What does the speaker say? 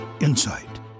insight